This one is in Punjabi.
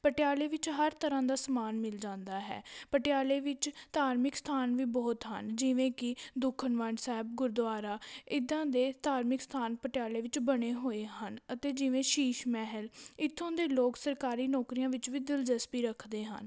ਪਟਿਆਲੇ ਵਿੱਚ ਹਰ ਤਰ੍ਹਾਂ ਦਾ ਸਮਾਨ ਮਿਲ ਜਾਂਦਾ ਹੈ ਪਟਿਆਲੇ ਵਿੱਚ ਧਾਰਮਿਕ ਸਥਾਨ ਵੀ ਬਹੁਤ ਹਨ ਜਿਵੇਂ ਕਿ ਦੁੱਖ ਨਿਵਾਰਨ ਸਾਹਿਬ ਗੁਰਦੁਆਰਾ ਇੱਦਾਂ ਦੇ ਧਾਰਮਿਕ ਸਥਾਨ ਪਟਿਆਲੇ ਵਿੱਚ ਬਣੇ ਹੋਏ ਹਨ ਅਤੇ ਜਿਵੇਂ ਸ਼ੀਸ਼ ਮਹਿਲ ਇੱਥੋਂ ਦੇ ਲੋਕ ਸਰਕਾਰੀ ਨੌਕਰੀਆਂ ਵਿੱਚ ਵੀ ਦਿਲਚਸਪੀ ਰੱਖਦੇ ਹਨ